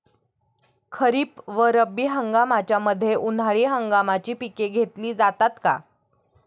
खरीप व रब्बी हंगामाच्या मध्ये उन्हाळी हंगामाची पिके घेतली जातात का?